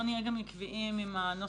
בואו נהיה גם עקביים עם הנוסח